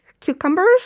cucumbers